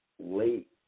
late